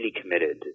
committed